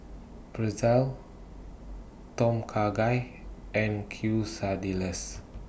Pretzel Tom Kha Gai and Quesadillas